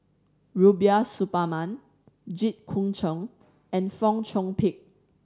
Rubiah Suparman Jit Koon Ch'ng and Fong Chong Pik